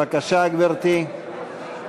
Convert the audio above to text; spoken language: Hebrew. בבקשה, גברתי.